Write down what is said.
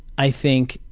i think,